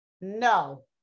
No